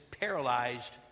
paralyzed